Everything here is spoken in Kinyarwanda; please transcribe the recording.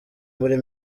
muri